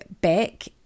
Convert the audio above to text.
back